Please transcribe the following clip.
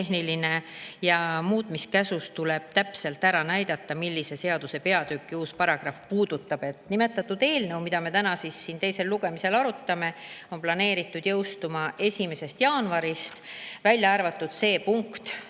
Muutmiskäsus tuleb täpselt ära näidata, millise seaduse peatükki uus paragrahv tuleb. Nimetatud eelnõu, mida me täna siin teisel lugemisel arutame, on planeeritud jõustuma 1. jaanuaril, välja arvatud see punkt,